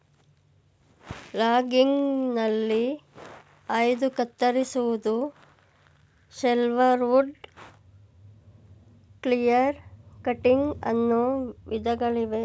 ಲಾಗಿಂಗ್ಗ್ನಲ್ಲಿ ಆಯ್ದು ಕತ್ತರಿಸುವುದು, shelterwood, clear cutting ಅನ್ನೋ ವಿಧಗಳಿವೆ